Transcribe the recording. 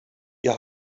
ihr